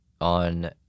on